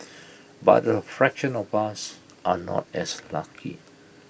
but A fraction of us are not as lucky